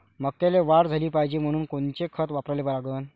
मक्याले वाढ झाली पाहिजे म्हनून कोनचे खतं वापराले लागन?